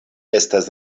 estas